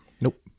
Nope